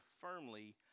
firmly